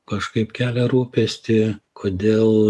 kažkaip kelia rūpestį kodėl